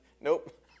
Nope